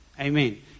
Amen